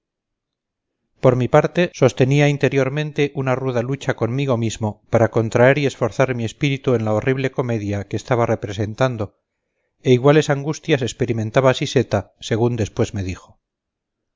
por mi parte sostenía interiormente una ruda lucha conmigo mismo para contraer y esforzar mi espíritu en la horrible comedia que estaba representando e iguales angustias experimentaba siseta según después me dijo